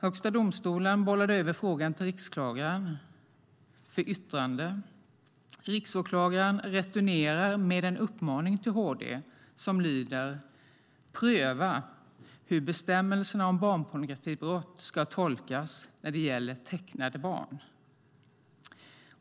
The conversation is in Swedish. Högsta domstolen bollade över frågan till riksåklagaren för yttrande. Riksåklagaren returnerar med en uppmaning till HD som lyder: Pröva hur bestämmelserna om barnpornografibrott ska tolkas när det gäller tecknade barn!